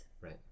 Right